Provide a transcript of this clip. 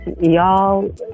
y'all